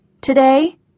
Today